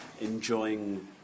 enjoying